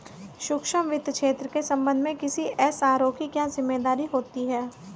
सूक्ष्म वित्त क्षेत्र के संबंध में किसी एस.आर.ओ की क्या जिम्मेदारी होती है?